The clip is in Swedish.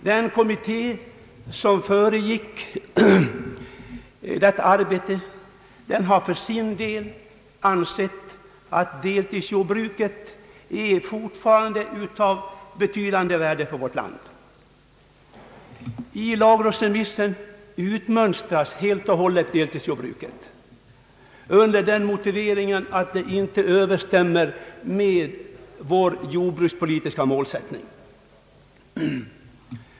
Den kommitté som förberedde detta arbete har ansett att deltidsjordbruket fortfarande är av betydande värde för vårt land. I lagrådsremissen utmönstras helt och hållet deltidsjordbruket under motivering att det inte överensstämmer med vår jordbrukspolitiska målsättning.